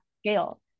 scale